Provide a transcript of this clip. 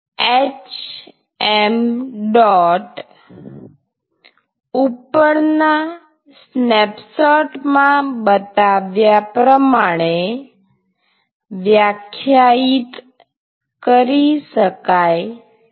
m ઉપરના snapshot માં બતાવ્યા પ્રમાણે વ્યાખ્યાયિત કરી શકાય છે